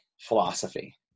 philosophy